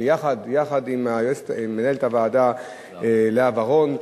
יחד עם מנהלת הוועדה לאה ורון,